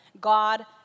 God